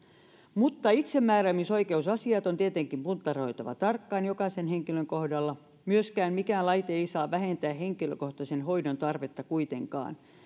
mutta itsemääräämisoikeusasiat on tietenkin puntaroitava tarkkaan jokaisen henkilön kohdalla myöskään mikään laite ei saa kuitenkaan vähentää henkilökohtaisen hoidon tarvetta